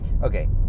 Okay